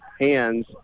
hands